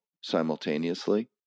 simultaneously